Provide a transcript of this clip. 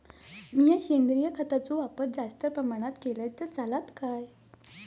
मीया सेंद्रिय खताचो वापर जास्त प्रमाणात केलय तर चलात काय?